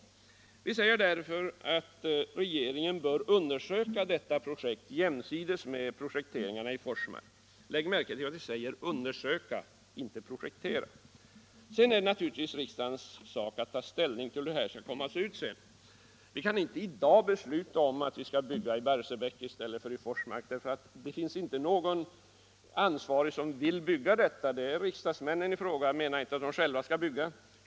Utskottet uttalar därför att regeringen bör undersöka detta projekt jämsides med projekteringen i Forsmark. Lägg märke till att vi säger undersöka, inte projektera! Sedan är det naturligtvis riksdagens sak att ta ställning hur detta skall komma att se ut. Vi kan i dag inte besluta om att bygga i Barsebäck i stället för i Forsmark. Ingen ansvarig vill bygga detta kraftverk. Det är riksdagsmännens sak att ta ställning.